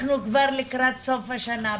אנחנו כבר לקראת סוף השנה,